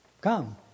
Come